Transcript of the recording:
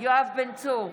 יואב בן צור,